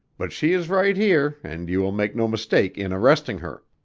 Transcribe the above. but she is right here and you will make no mistake in arresting her.